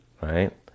right